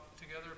together